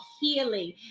healing